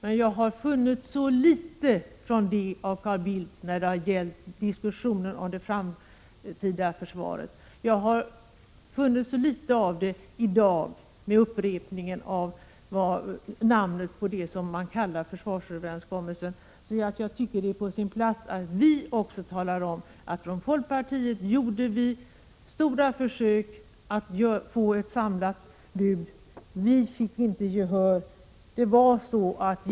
Men jag har funnit så litet av det från Carl Bildt när det gällt diskussionen om det framtida försvaret. Och jag har funnit så litet av det i dag, med upprepningen av namnet på det som man kallar försvarsöverenskommelsen nämligen pakten. Därför tycker jag att det är på sin plats att tala om att vi från folkpartiet gjorde stora försök att få ett samlat bud. Vi fick emellertid inte gehör för detta.